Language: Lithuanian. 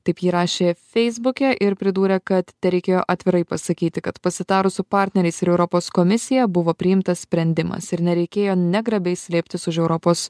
taip ji rašė feisbuke ir pridūrė kad tereikėjo atvirai pasakyti kad pasitarus su partneriais ir europos komisija buvo priimtas sprendimas ir nereikėjo negrabiai slėptis už europos